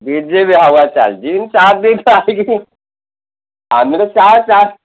BJP ହାୱା ଚାଲିିଛି ଚାର ଦିନ ଆସିକି ଆମକୁ